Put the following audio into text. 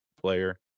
player